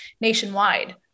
nationwide